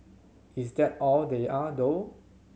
is that all they are though